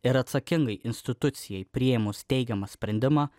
ir atsakingai institucijai priėmus teigiamą sprendimą